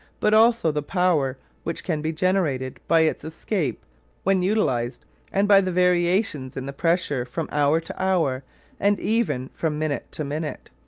but also the power which can be generated by its escape when utilised and by the variations in the pressure from hour to hour and even from minute to minute.